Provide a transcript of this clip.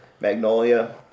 Magnolia